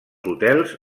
hotels